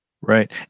Right